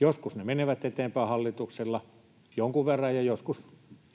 Joskus ne menevät eteenpäin hallituksilla jonkun verran ja joskus